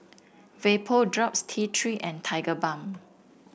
Vapodrops T Three and Tigerbalm